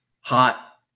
hot